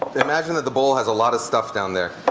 imagine that the bowl has a lot of stuff down there.